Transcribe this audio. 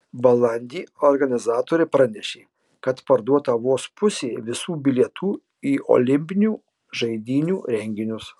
balandį organizatoriai pranešė kad parduota vos pusė visų bilietų į olimpinių žaidynių renginius